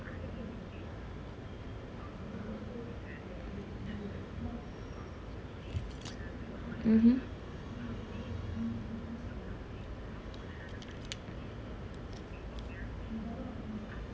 mmhmm